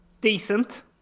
decent